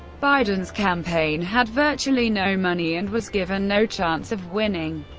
biden's campaign had virtually no money and was given no chance of winning.